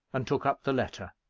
and took up the letter.